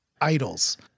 idols